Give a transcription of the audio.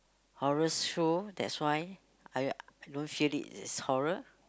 horrors show that's why I I don't feel it is horror